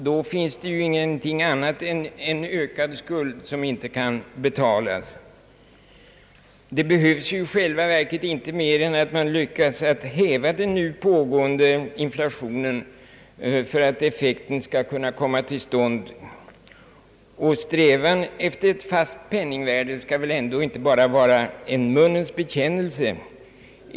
Då finns det ju ingenting annat än ökad skuld, som inte kan betalas. Det behövs i själva verket inte mer än att man lyckas häva den nu pågående inflationen för att effekten skall kunna komma till stånd. Strävan efter ett fast penningvärde skall väl ändå inte bara vara en munnens bekännelse.